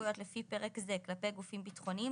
סמכויות לפי פרק זה כלפי גופים ביטחוניים,